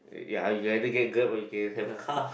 ya you either get Grab or you can have car